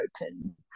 open